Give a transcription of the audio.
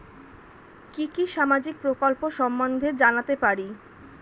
কি কি সামাজিক প্রকল্প সম্বন্ধে জানাতে পারি?